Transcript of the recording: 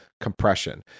compression